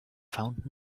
found